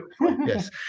yes